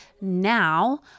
now